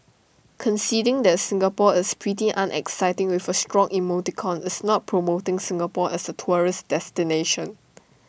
conceding that Singapore is pretty unexciting with A shrug emoticon is not promoting Singapore as A tourist destination